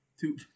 Two